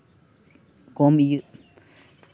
ᱠᱚᱢ ᱤᱭᱟᱹ